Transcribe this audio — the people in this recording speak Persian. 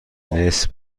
نصف